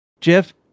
Jeff